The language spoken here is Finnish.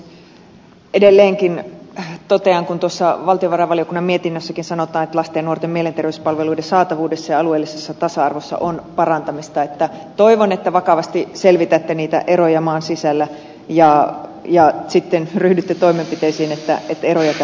edelleenkin totean kun tuossa valtiovarainvaliokunnan mietinnössäkin sanotaan että lasten ja nuorten mielenterveyspalveluiden saatavuudessa ja alueellisessa tasa arvossa on parantamista että toivon että vakavasti selvitätte niitä eroja maan sisällä ja sitten ryhdytte toimenpiteisiin niin että eroja tässä ei olisi